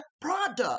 product